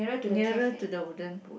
nearer to the wooden pole